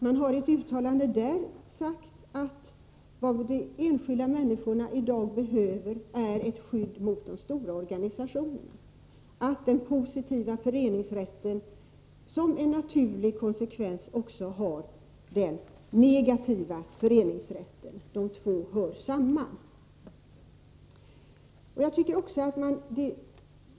Man har i ett uttalande där sagt att vad de enskilda människorna i dag behöver är ett skydd mot de stora organisationerna, att den positiva föreningsrätten som en naturlig konsekvens också ger den negativa föreningsrätten; de två hör samman.